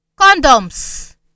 condoms